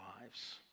lives